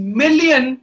million